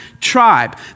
tribe